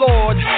Lord